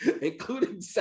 Including